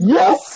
Yes